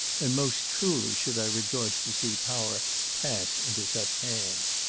and most truly should i rejoice to see power pass into such hands.